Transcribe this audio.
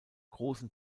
großen